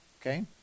Okay